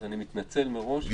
אני מתנצל מראש.